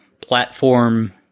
platform